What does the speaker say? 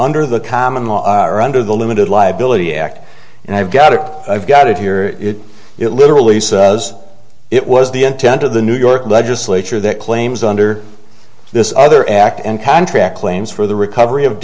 are under the limited liability act and i've got it i've got it here it literally says it was the intent of the new york legislature that claims under this other act and contract claims for the recovery of